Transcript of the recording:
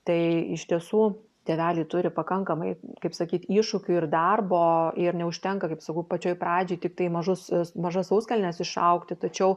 tai iš tiesų tėveliai turi pakankamai kaip sakyt iššūkių ir darbo ir neužtenka kaip sakau pačioj pradžioj tiktai mažus mažas sauskelnes išaugti tačiau